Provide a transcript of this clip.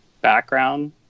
background